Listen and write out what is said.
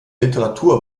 literatur